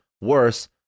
worse